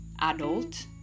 adult